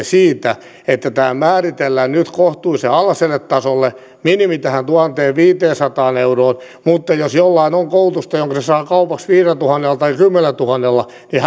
siitä että tämä määritellään nyt kohtuullisen alhaiselle tasolle minimi tähän tuhanteenviiteensataan euroon mutta jos jollain on koulutusta jonka se saa kaupaksi viidellätuhannella tai kymmenellätuhannella niin